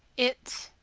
it.